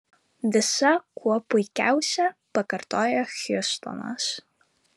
visa kuo puikiausia pakartojo hjustonas